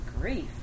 grief